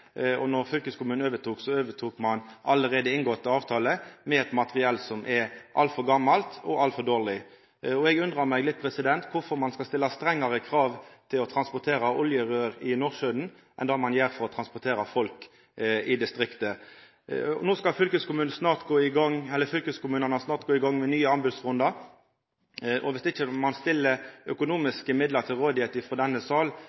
og då fylkeskommunen overtok, så overtok ein allereie inngåtte avtalar – med eit materiell som er altfor gamalt og altfor dårleg. Eg undrar meg litt over kvifor ein skal stilla strengare krav til å transportera oljerøyr i Nordsjøen enn til å transportera folk ute i distriktet. No skal fylkeskommunane snart gå i gang med nye anbodsrundar, og viss ein ikkje stiller økonomiske midlar til rådigheit frå denne salen, så vil ikkje